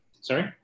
Sorry